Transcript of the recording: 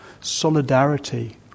solidarity